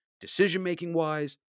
decision-making-wise